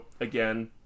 again